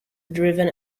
driven